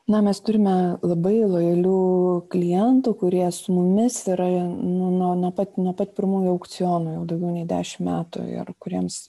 na mes turime labai lojalių klientų kurie su mumis yra nuo pat nuo pat pirmųjų aukcionų jau daugiau nei dešimt metų ir kuriems